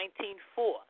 19.4